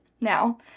Now